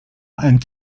and